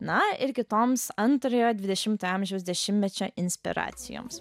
na ir kitoms antrojo dvidešimto amžiaus dešimtmečio inspiracijoms